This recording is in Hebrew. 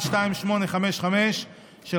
פ/2855/24,